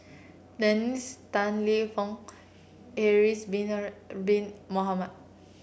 Dennis Tan Lip Fong Haslir Bin Bin Mohamed